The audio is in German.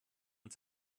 und